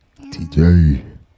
TJ